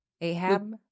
Ahab